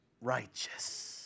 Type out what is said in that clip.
righteous